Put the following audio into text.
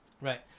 Right